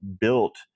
built